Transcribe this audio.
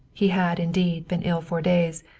he had, indeed, been ill for days,